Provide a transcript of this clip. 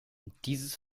dieses